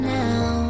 now